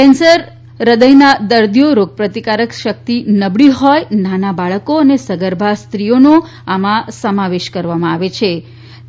cancer હૃદયના દર્દીઓ રોગપ્રતિકારક શક્તિ નબળી હોય નાના બાળકો અને સગર્ભા સ્ત્રીઓનો નો આમાં સમાવેશ કરવામાં આવે છે